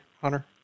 Hunter